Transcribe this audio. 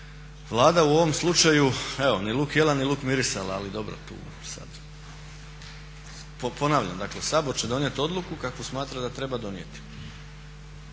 Vlada u ovom slučaju evo ni luk jela ni luk mirisala ali dobro tu sada, ponavljam dakle Sabor će donijeti odluku kakvu smatra da treba donijeti.